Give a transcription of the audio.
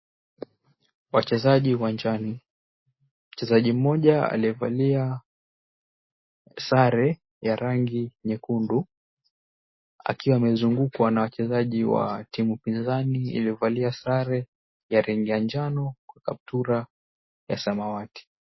Wachezaji uwanjani, mchezaji mmoja aliyevalia sare ya rangi nyekundu akiwa amezungukwa na wachezaji wa timu pinzani iliyovalia sare ya rangi na njano na kaptura ya samawati.